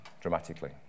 dramatically